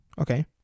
okay